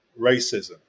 racism